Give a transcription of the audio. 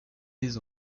des